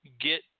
get